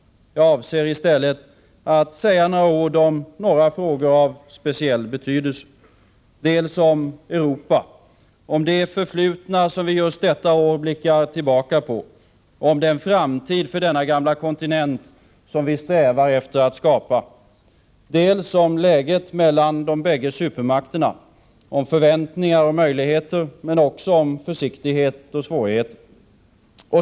Jag avser i stället att säga några ord i några frågor av speciell betydelse. Det gäller dels Europa, om det förflutna som vi just detta år blickar tillbaka på och om den framtid för denna gamla kontinent som vi strävar efter att skapa, dels om läget mellan de båda supermakterna, om förväntningar och möjligheter men också om försiktighet och svårigheter.